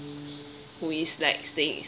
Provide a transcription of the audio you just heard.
who is like staying is